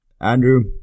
Andrew